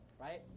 right